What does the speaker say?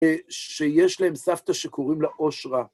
שיש להם סבתא שקוראים לה אושרה.